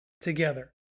together